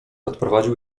odprowadził